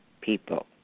people